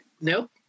nope